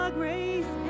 grace